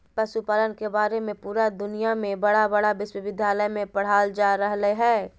पशुपालन के बारे में पुरा दुनया में बड़ा बड़ा विश्विद्यालय में पढ़ाल जा रहले हइ